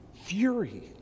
fury